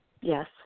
Yes